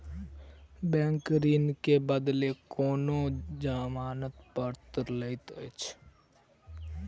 bank ऋण के बदले कोनो जमानत पत्र लैत अछि